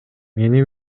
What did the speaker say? мени